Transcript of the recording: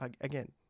Again